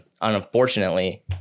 unfortunately